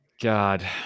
God